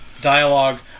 dialogue